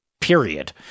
period